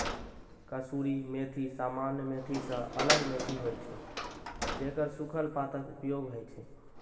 कसूरी मेथी सामान्य मेथी सं अलग मेथी होइ छै, जेकर सूखल पातक उपयोग होइ छै